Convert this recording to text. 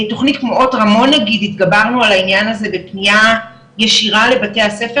תוכנית כמו אות רמון התגברנו על העניין הזה בפנייה ישירה לבתי הספר